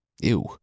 ew